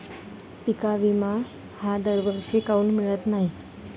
पिका विमा हा दरवर्षी काऊन मिळत न्हाई?